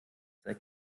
sei